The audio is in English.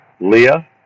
Leah